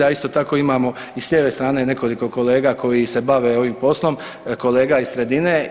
A isto tako imamo s lijeve strane nekoliko kolega koji se bave ovim poslom, kolega iz sredine.